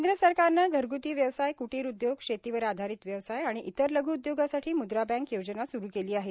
केंद्र सरकारनं घरगुती व्यवसाय कुटीर उद्योग शेतीवर आधारीत व्यवसाय आणि इतर लघू उद्योगासाठी मुद्रा बँक योजना सुरू केली आहे